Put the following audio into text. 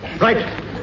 Right